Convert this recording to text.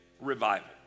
revival